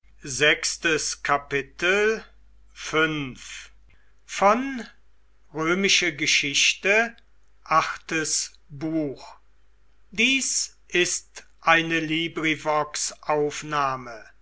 sind ist eine